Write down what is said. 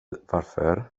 varför